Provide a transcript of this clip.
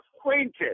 acquainted